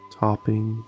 topping